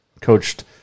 coached